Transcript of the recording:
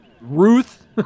Ruth